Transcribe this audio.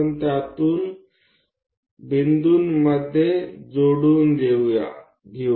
તો ચાલો આપણે આ બિંદુઓને જોડીએ કે જે તેમાંથી જાય છે